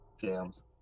Jams